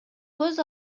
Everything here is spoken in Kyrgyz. көз